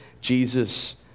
Jesus